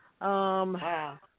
Wow